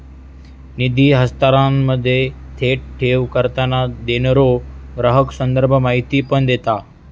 निधी हस्तांतरणामध्ये, थेट ठेव करताना, देणारो ग्राहक संदर्भ माहिती पण देता